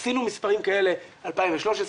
עשינו מספרים כאלה ב-2013,